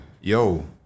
yo